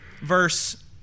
verse